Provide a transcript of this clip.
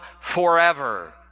forever